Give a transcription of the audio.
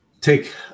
take